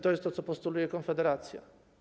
To jest to, co postuluje Konfederacja.